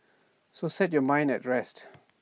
so set your mind at rest